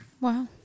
Wow